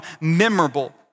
memorable